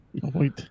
Wait